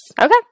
Okay